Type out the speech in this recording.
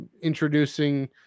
introducing